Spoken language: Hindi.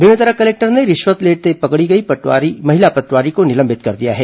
बेमेतरा कलेक्टर ने रिश्वत लेते पकड़ी गई महिला पटवारी को निलंबित कर दिया है